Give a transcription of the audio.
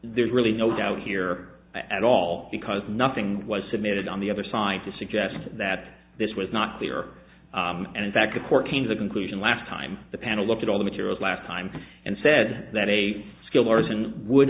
there's really no doubt here at all because nothing was submitted on the other side to suggest that this was not clear and in fact the court came to the conclusion last time the panel looked at all the materials last time and said that a skilled artisan would